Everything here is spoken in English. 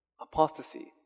Apostasy